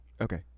Okay